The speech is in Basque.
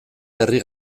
herri